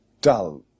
Dull